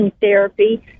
therapy